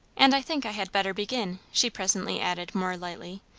and i think i had better begin, she presently added more lightly,